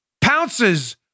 pounces